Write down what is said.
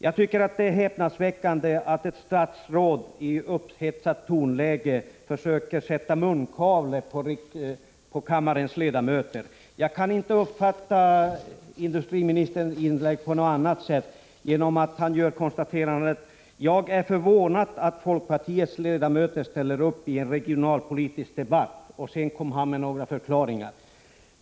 Jag tycker det är häpnadsväckande att ett statsråd i upphetsat tonläge försöker sätta munkavle på kammarens ledamöter. Jag kan inte uppfatta industriministerns inlägg på annat sätt, när han gör konstaterandet: Jag är förvånad över att folkpartiets ledamöter ställer upp i en regionalpolitisk debatt. Sedan kommer han med några förklaringar.